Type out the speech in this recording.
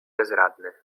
bezradny